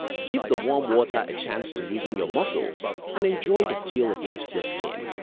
give the warm water a chance to loosen your muscles and enjoy the feel against your skin.